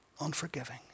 unforgiving